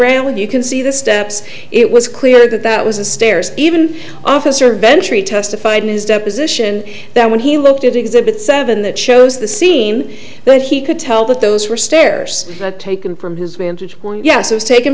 and you can see the steps it was clear that that was the stairs even officer venture he testified in his deposition that when he looked at exhibit seven that shows the scene but he could tell that those were stairs taken from his vantage point yes it was taken